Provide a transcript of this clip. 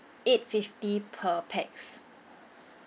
eight-fifty per pax